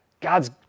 God's